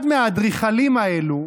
אחד מהאדריכלים האלה,